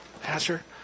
Pastor